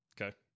Okay